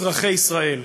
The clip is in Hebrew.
אזרחי ישראל,